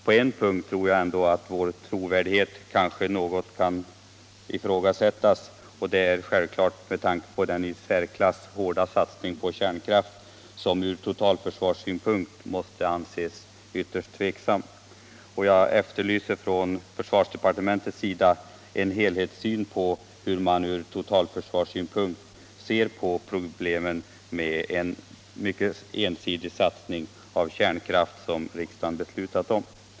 På en punkt tror jag ändå att vår trovärdighet något kan ifrågasättas —- och det är självfallet när det gäller den synnerligen hårda satsningen på kärnkraft, som ur totalförsvarssynpunkt måste anses ytterst tveksam. | Jag efterlyser en helhetssyn från försvarsdepartementet på hur man från totalförsvarssynpunkt ser på de problem som sammanhänger med den mycket ensidiga satsning på kärnkraft som riksdagen beslutat om.